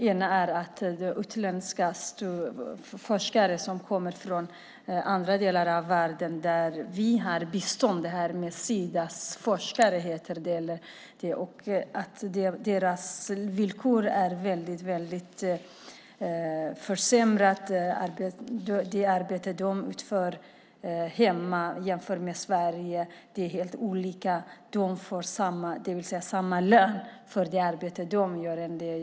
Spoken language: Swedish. Villkoren för utländska forskare som kommer från delar av världen som vi ger bistånd till genom Sida är väldigt dåliga. Det arbete de utför hemma är ett helt annat än det de utför i Sverige, men de får samma lön som de får i hemlandet.